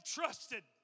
trusted